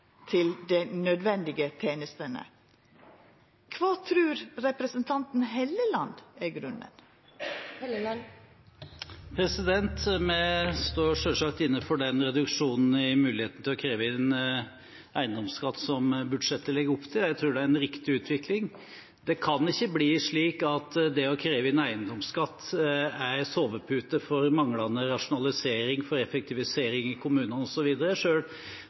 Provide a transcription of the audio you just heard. til dei nødvendige tenestene. Kva trur representanten Helleland er grunnen? Vi står selvsagt inne for den reduksjonen i muligheten til å kreve inn eiendomsskatt som budsjettet legger opp til. Jeg tror det er en riktig utvikling. Det kan ikke bli slik at det å kreve inn eiendomsskatt er en sovepute for manglende rasjonalisering, for effektivisering i kommunene